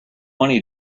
money